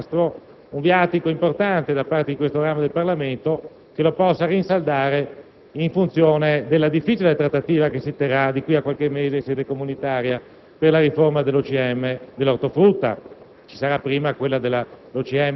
a conferire al ministro De Castro un viatico importante, per il tramite di questo ramo del Parlamento, che lo possa rinsaldare in funzione della difficile trattativa che si terrà, di qui a qualche mese, in sede comunitaria per la riforma dell'OCM vitivinicolo